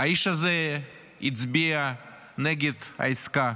האיש הזה הצביע נגד העסקה